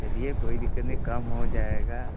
चलिए कोई दिक़्क़त नहीं काम हो जाएगा